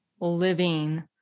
living